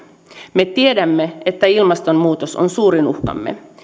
me tiedämme että ilmastonmuutos on suurin uhkamme